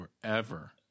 forever